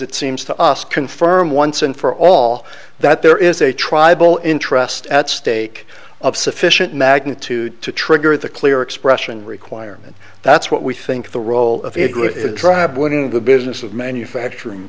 it seems to us confirm once and for all that there is a tribal interest at stake of sufficient magnitude to trigger the clear expression requirement that's what we think the role of a good drive winning the business of manufacturing